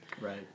Right